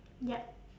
yup